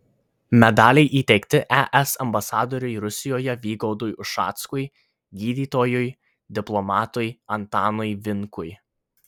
medaliai įteikti es ambasadoriui rusijoje vygaudui ušackui gydytojui diplomatui antanui vinkui